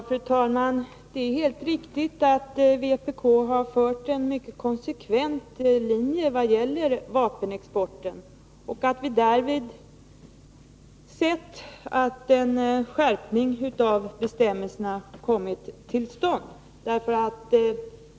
Fru talman! Det är helt riktigt att vpk har intagit en mycket konsekvent linje vad det gäller vapenexporten. Vi har därvid sett att en skärpning av bestämmelserna kommit till stånd.